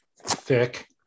thick